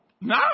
No